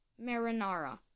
marinara